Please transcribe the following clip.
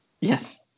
Yes